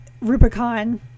Rubicon